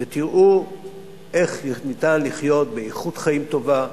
ותראו איך ניתן לחיות באיכות חיים טובה,